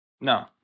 No